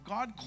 God